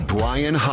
Brian